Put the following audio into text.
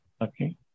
okay